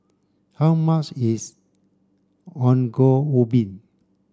how much is Ongol Ubi